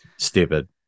Stupid